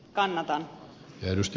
arvoisa puhemies